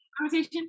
conversation